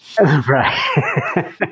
Right